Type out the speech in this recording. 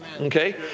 Okay